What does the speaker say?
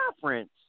conference